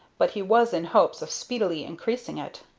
but he was in hopes of speedily increasing it.